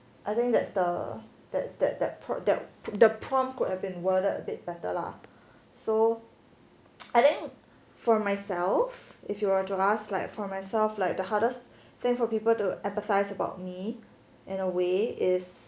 I think that's the that that that the prompt could have been worded a bit better lah so I think for myself if you were to ask for myself like the hardest thing for people to empathize about me in a way is